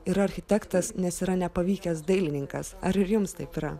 yra architektas nes yra nepavykęs dailininkas ar ir jums taip yra